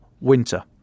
winter